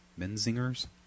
Menzingers